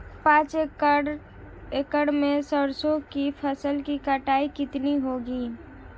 पांच एकड़ में सरसों की फसल की कटाई कितनी होगी?